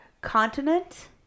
continent